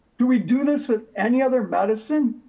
do we do this with any other medicine?